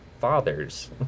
fathers